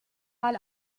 mal